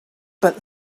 but